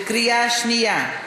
בקריאה שנייה.